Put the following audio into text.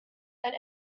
ein